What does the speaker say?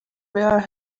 wear